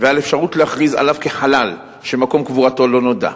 ועל אפשרות להכריז עליו חלל שמקום קבורתו לא נודע.